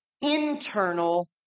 internal